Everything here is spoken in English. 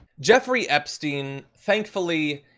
jeffrey epstein thankfully,